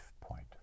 point